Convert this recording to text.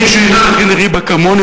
מישהו ידע להכין ריבה כמוני,